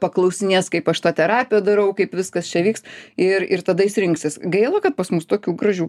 paklausinės kaip aš tą terapiją darau kaip viskas čia vyks ir ir tada jis rinksis gaila kad pas mus tokių gražių